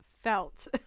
felt